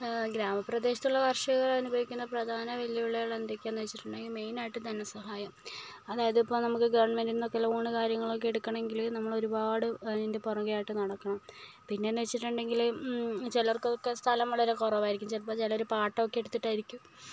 ഗ്രാമ പ്രദേശത്തുള്ള കർഷകർ അനുഭവിക്കുന്ന പ്രധാന വെല്ലുവിളികൾ എന്തൊക്കെയാണ് എന്ന് വെച്ചിട്ടുണ്ടെങ്കില് മെയിൻ ആയിട്ട് ധന സഹായം അതായത് അതിപ്പം നമുക്ക് ഗവൺമെൻറ്റിൽ നിന്നൊക്കെ ലോണ് കാര്യങ്ങളൊക്കെ ഒക്കെ എടുക്കണമെങ്കില് നമ്മള് ഒരുപാട് അതിൻ്റെ പുറകെ ആയിട്ട് നടക്കണം പിന്നെ എന്താ എന്ന് വെച്ചിട്ടുണ്ടെങ്കില് ചിലർക്കൊക്കെ സ്ഥലം വളരെ കുറവായിരിക്കും ചിലപ്പം ചിലര് പാട്ടം ഒക്കെ എടുത്തിട്ടായിരിക്കും